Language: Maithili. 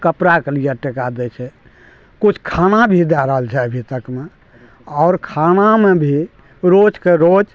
कपड़ाके लिए टका दै छै किछु खाना भी दऽ रहल छै अभी तकमे आओर खानामे भी रोजके रोज